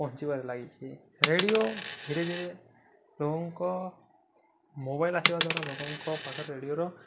ପହଞ୍ଚିବାରେ ଲାଗିଛି ରେଡ଼ିଓ ଧୀରେ ଧୀରେ ଲୋକଙ୍କ ମୋବାଇଲ ଆସିବା ଦ୍ୱାରା ଲୋକଙ୍କ ପାଖରେ ରେଡ଼ିଓର